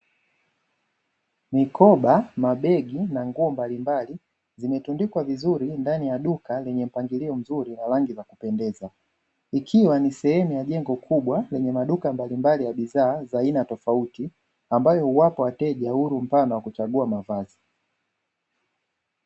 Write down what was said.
Mikoba, mabegi na nguo mbalimbali zimetundikwa vizuri, ndani ya duka lenye mpangilio mzuri na rangi za kupendeza. Ikiwa ni sehemu ya jengo kubwa lenye maduka mbalimbali, ya bidhaa za aina tofauti ambayo, uwapa uhuru wateja wa kuchagua mavazi.